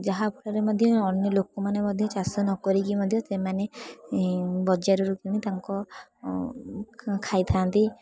ଯାହାଫଳରେ ମଧ୍ୟ ଅନ୍ୟ ଲୋକମାନେ ମଧ୍ୟ ଚାଷ ନ କରିକି ମଧ୍ୟ ସେମାନେ ବଜାରରୁ କିଣି ତାଙ୍କ ଖାଇଥାନ୍ତି